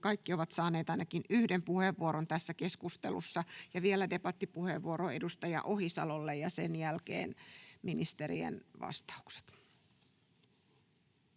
kaikki ovat saaneet ainakin yhden puheenvuoron tässä keskustelussa. Vielä debattipuheenvuoro edustaja Ohisalolle, ja sen jälkeen ministerien vastaukset.